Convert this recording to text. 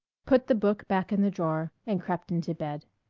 put the book back in the drawer, and crept into bed.